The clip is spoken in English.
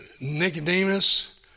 Nicodemus